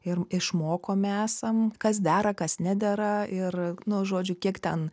ir išmokomi esam kas dera kas nedera ir nu žodžiu kiek ten